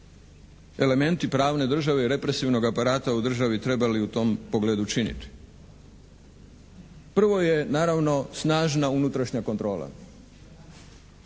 elementi pravne države i represivnog aparata u državi trebali u tom pogledu činiti. Prvo je naravno snažna unutrašnja kontrola.